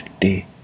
day